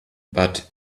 but